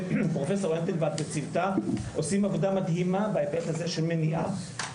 פרופ' אנדוולט וצוותה עושים עבודה מדהימה בהיבט הזה של מניעה,